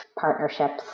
Partnerships